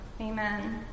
Amen